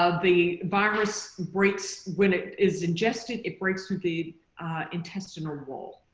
ah the virus breaks when it is ingested. it breaks through the intestinal wall.